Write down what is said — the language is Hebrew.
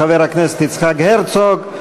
חבר הכנסת יצחק הרצוג.